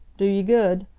do you good.